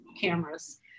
cameras